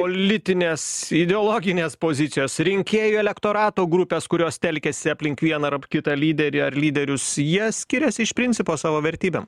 politinės ideologinės pozicijos rinkėjų elektorato grupės kurios telkiasi aplink vieną arb kitą lyderį ar lyderius jie skiriasi iš principo savo vertybėm